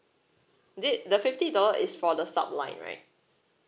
the the fifty dollar is for the sub line right